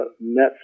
met